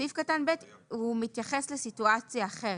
סעיף קטן (ב) מתייחס לסיטואציה אחרת.